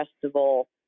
festival